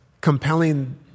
compelling